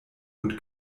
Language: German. und